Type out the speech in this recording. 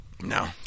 No